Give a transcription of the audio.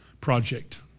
project